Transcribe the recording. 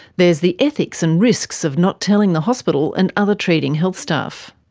there is the ethics and risks of not telling the hospital and other treating health staff.